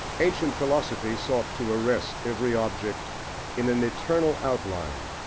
ancient philosophy sought to arrest every object in an eternal outline,